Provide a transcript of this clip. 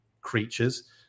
creatures